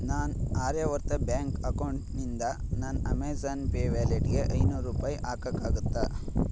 ನಾನು ಆರ್ಯಾವರ್ತ ಬ್ಯಾಂಕ್ ಅಕೌಂಟ್ನಿಂದ ನನ್ನ ಅಮೆಝಾನ್ ಪೇ ವ್ಯಾಲೆಟ್ಗೆ ಐನೂರು ರೂಪಾಯಿ ಹಾಕಕ್ಕಾಗತ್ತಾ